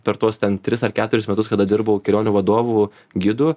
per tuos ten tris ar keturis metus kada dirbau kelionių vadovu gidu